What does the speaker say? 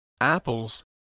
apples